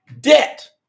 debt